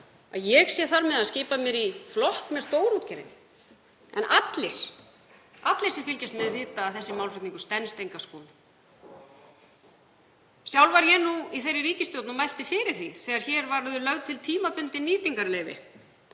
að ég sé þar með að skipa mér í flokk með stórútgerðinni. En allir sem fylgjast með vita að þessi málflutningur stenst enga skoðun. Sjálf var ég í þeirri ríkisstjórn og mælti fyrir því þegar hér voru lögð til tímabundin nýtingarleyfi.